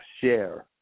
share